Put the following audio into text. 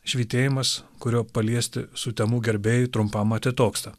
švytėjimas kuriuo paliesti sutemų gerbėjai trumpam atitoksta